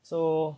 so